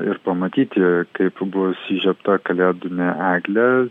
ir pamatyti kaip bus įžiebta kalėdinė eglė